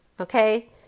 okay